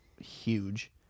huge